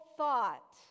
thought